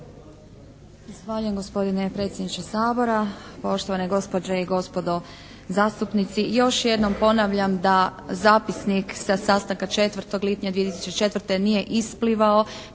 Zahvaljujem gospodine predsjedniče Sabora. Poštovane gospođe i gospodo zastupnici. Još jednom ponavljam da zapisnik sa sastanka 4. lipnja 2004. nije isplivao